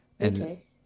Okay